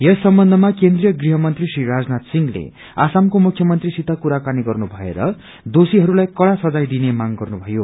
यस सम्बन्धमा केन्द्रिय गृहमंत्री राजनाथ सिंहले आसाम को मुख्यमंत्री सत कुराकानी गन्नु भएर देषीहरूलाई कड़ा सजाय दिने मांग गर्नुभयो